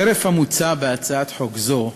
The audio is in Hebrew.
חרף המוצע בהצעת חוק זו,